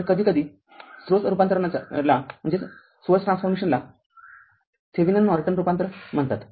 तर कधीकधी स्त्रोत रूपांतरणाला थेविनिन नॉर्टन रूपांतरण म्हणतात